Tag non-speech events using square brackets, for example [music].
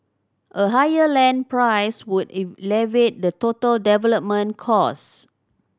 a higher land price would [unintelligible] elevate the total development cost